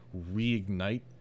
reignite